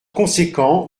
conséquent